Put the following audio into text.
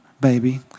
baby